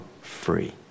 free